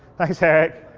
thanks eric.